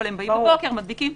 אבל באים בבוקר - מדביקים.